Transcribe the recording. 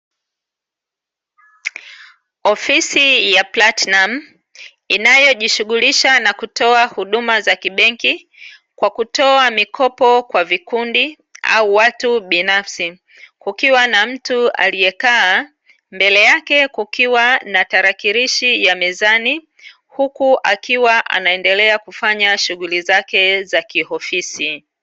Ofisi ya "platnum" inayojishughulisha na kutoa huduma za kibenki kwa kutoa mikopo kwa vikundi au watu binafsi. Kukiwa na mtu aliyekaa, mbele yake kukiwa na tarakilishi ya mezani huku akiwa anaendelea kufanya shughuli zake za kiofisi.